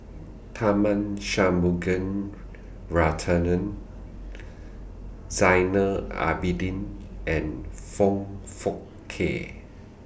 Tharman Shanmugaratnam Zainal Abidin and Foong Fook Kay